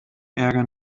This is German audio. ärger